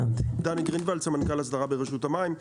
דני גרינוולד סמנכ"ל הסברה ברשות המים,